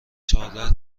چهارده